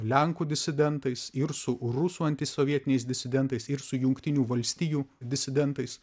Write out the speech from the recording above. lenkų disidentais ir su rusų antisovietiniais disidentais ir su jungtinių valstijų disidentais